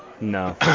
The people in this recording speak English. No